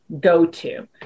go-to